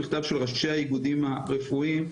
המכתב של ראשי האיגודים הרפואיים.